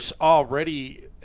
already